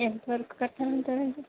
ఎంత వరకు కట్టాలి అంటారండి